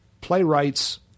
playwrights